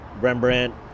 Rembrandt